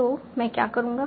तो मैं क्या करूंगा